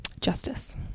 Justice